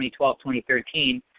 2012-2013